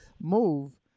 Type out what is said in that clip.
move